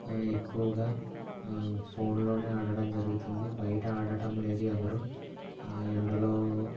ఎక్కువగా ఫోన్లోనే ఆడటం జరుగుతుంది బయట ఆడటం లేదు ఎవరు ఆ ఎండలో